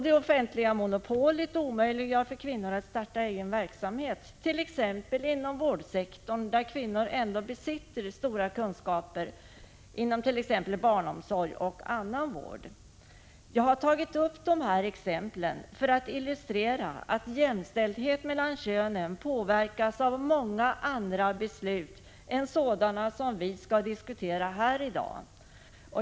Det offentliga monopolet omöjliggör för kvinnor att starta egen verksamhet, t.ex. inom vårdsektorn, där kvinnor ändå besitter stora kunskaper inom barnomsorg och annan vård. Jag har tagit upp dessa exempel för att illustrera att jämställdhet mellan könen påverkas av många andra beslut än sådana som vi diskuterar här i dag.